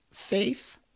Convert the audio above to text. faith